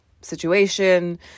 situation